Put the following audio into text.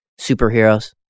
superheroes